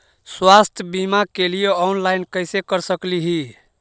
स्वास्थ्य बीमा के लिए ऑनलाइन कैसे कर सकली ही?